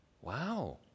Wow